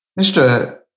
Mr